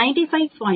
4 அல்லது 0